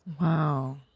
Wow